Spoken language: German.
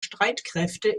streitkräfte